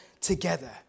together